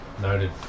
Noted